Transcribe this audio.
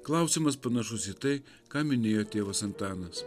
klausimas panašus į tai ką minėjo tėvas antanas